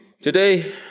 Today